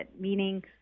meaning